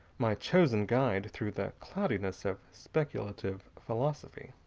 my chosen guide through the cloudiness of speculative philosophy.